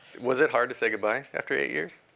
was it hard to say goodbye after eight years?